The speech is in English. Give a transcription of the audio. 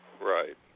Right